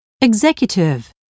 Executive